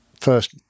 first